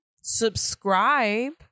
subscribe